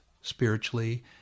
spiritually